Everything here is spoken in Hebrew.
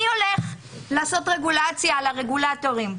מי הולך לעשות רגולציה על הרגולטורים?